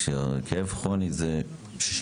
כשהכאב כרוני זה 63